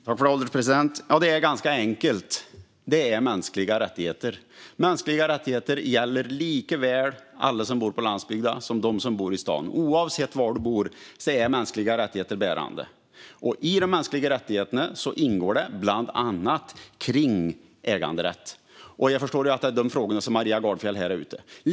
Herr ålderspresident! Det är ganska enkelt: Det är mänskliga rättigheter. Mänskliga rättigheter gäller likaväl alla som bor på landsbygden som dem som bor i stan. Oavsett var du bor är mänskliga rättigheter bärande. I de mänskliga rättigheterna ingår bland annat äganderätt. Jag förstår att det är dessa frågor som Maria Gardfjell här är ute efter.